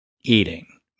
eating